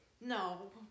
No